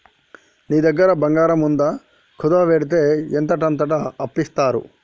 నీ దగ్గర బంగారముందా, కుదువవెడ్తే ఎంతంటంత అప్పిత్తరు